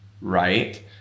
right